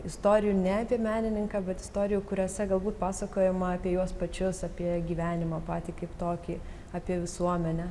istorijų ne tik menininkų bet istorijų kuriose galbūt pasakojama apie juos pačius apie gyvenimą patį kaip tokį apie visuomenę